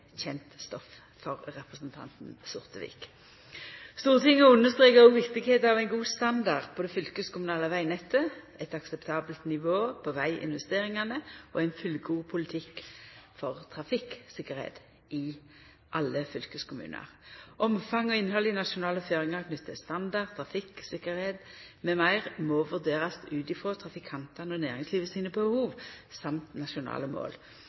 kjent stoff for representanten Sortevik. Stortinget understreka òg at det er viktig med ein god standard på det fylkeskommunale vegnettet, eit akseptabelt nivå på veginvesteringane og ein fullgod politikk for trafikktryggleik i alle fylkeskommunar. Omfang og innhald i nasjonale føringar knytt til standard, trafikktryggleik m.m. må vurderast ut frå trafikantane og næringslivet sine behov og ut frå nasjonale mål.